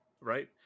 right